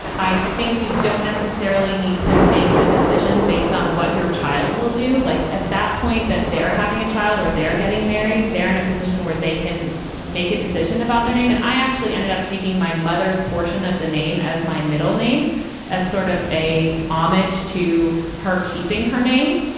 i think you don't necessarily need to make the decision based on what your child will do, like at that point that they're having a child or they're getting married. they're in a position where they can make a decision about their name. and i actually ended up taking my mother's portion of the name as my middle name as sort of a armitage to her keeping her name.